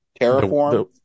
terraform